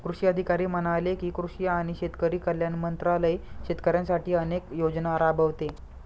कृषी अधिकारी म्हणाले की, कृषी आणि शेतकरी कल्याण मंत्रालय शेतकऱ्यांसाठी अनेक योजना राबवते